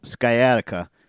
sciatica